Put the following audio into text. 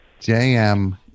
JM